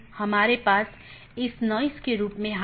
BGP के साथ ये चार प्रकार के पैकेट हैं